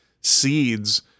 seeds